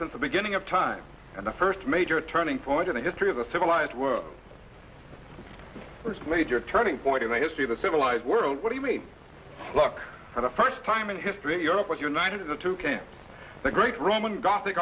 since the beginning of time and the first major turning point in the history of the civilized world was major turning point in the history of the civilized world what do you mean luck the first time in history europe was united in the two camps the great roman gothic